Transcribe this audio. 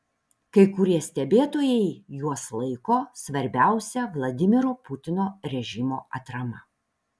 kai kurie stebėtojai juos laiko svarbiausia vladimiro putino režimo atrama